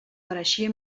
pareixia